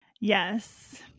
Yes